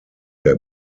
der